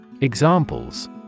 Examples